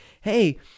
Hey